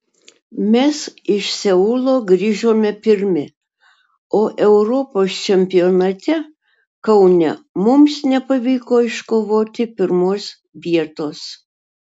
mes iš seulo grįžome pirmi o europos čempionate kaune mums nepavyko iškovoti pirmos vietos